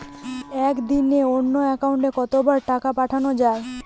একদিনে অন্য একাউন্টে কত বার টাকা পাঠানো য়ায়?